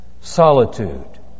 solitude